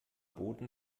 boden